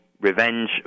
revenge